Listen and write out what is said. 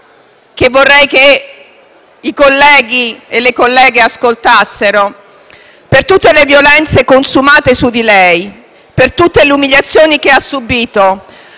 che invito i colleghi e le colleghe ad ascoltare: «Per tutte le violenze consumate su di lei, per tutte le umiliazioni che ha subìto,